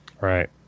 right